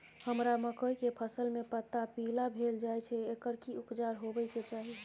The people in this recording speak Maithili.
हमरा मकई के फसल में पता पीला भेल जाय छै एकर की उपचार होबय के चाही?